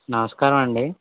నమస్కారం అండి